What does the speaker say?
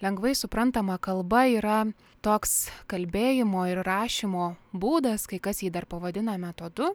lengvai suprantama kalba yra toks kalbėjimo ir rašymo būdas kai kas jį dar pavadina metodu